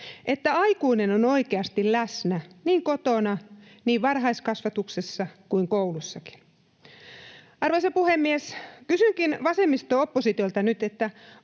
että aikuinen on oikeasti läsnä niin kotona, varhaiskasvatuksessa kuin koulussakin. Arvoisa puhemies! Kysynkin vasemmisto-oppositiolta nyt: